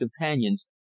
companions